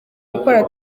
gukora